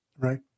Right